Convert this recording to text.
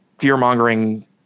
fear-mongering